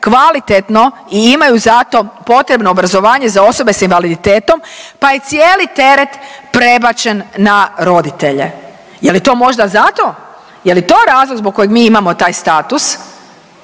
kvalitetno i imaju za to potrebno obrazovanje za osobe s invaliditetom, pa je cijeli teret prebačen na roditelje, je li to možda za to? Je li to razlog zbog kojeg mi imamo taj status